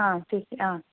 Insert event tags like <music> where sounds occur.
ആ <unintelligible> ആ